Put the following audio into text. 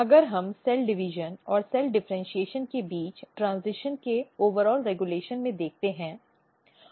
अगर हम cell division और सेल डिफरेन्शीऐशन के बीच ट्रेन्ज़िशन के समग्र रेगुलेशन में देखते हैं